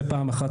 זה פעם אחת,